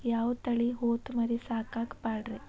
ಯಾವ ತಳಿ ಹೊತಮರಿ ಸಾಕಾಕ ಪಾಡ್ರೇ?